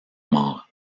mort